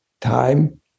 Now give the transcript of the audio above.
time